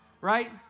right